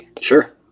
Sure